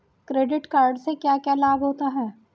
Credit card से क्या क्या लाभ होता है?